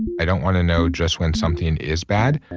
i don't want to know just when something is bad.